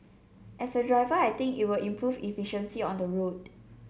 as a driver I think it will improve efficiency on the road